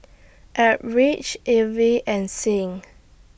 Eldridge Evie and Sing